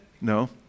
No